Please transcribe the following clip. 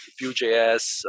Vue.js